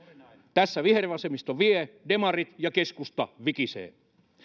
tässä vihervasemmisto vie demarit ja keskusta vikisevät